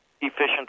efficient